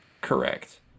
correct